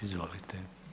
Izvolite.